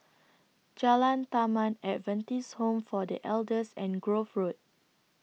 Jalan Taman Adventist Home For The Elders and Grove Road